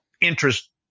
interest